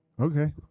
Okay